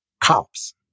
cops